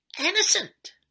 innocent